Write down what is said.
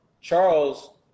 Charles